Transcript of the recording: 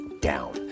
down